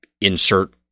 insert